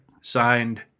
signed